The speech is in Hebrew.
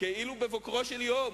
כאילו בבוקרו של יום.